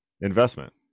investment